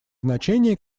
значение